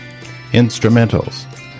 Instrumentals